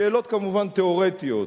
שאלות כמובן תיאורטיות,